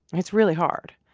it's really hard.